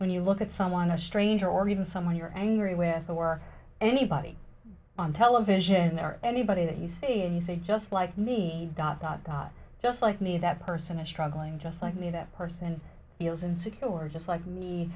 when you look at someone a stranger or even someone you are angry with or anybody on television or anybody that you see and you say just like me dot dot dot just like me that person is struggling just like me that person feels insecure or just like me